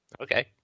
Okay